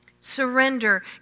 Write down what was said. Surrender